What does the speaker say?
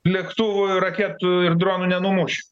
lėktuvų raketų ir dronų nenumuši